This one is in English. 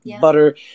butter